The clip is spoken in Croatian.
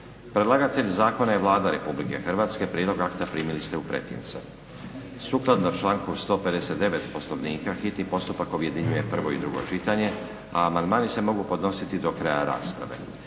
Predlagatelj zakona je Vlada Republike Hrvatske. Prijedlog akta primili ste u pretince. Sukladno članku 159. Poslovnika hitni postupak objedinjuje prvo i drugo čitanje, a amandmani se mogu podnositi do kraja rasprave.